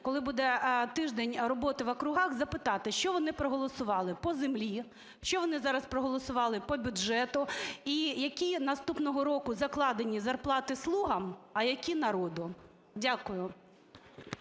коли буде тиждень роботи в округах, запитати, що вони проголосували по землі, що вони зараз проголосували по бюджету і які наступного року закладені зарплати "слугам", а які народу. Дякую.